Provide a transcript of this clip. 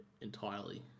entirely